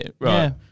right